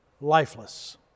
lifeless